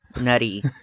Nutty